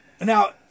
Now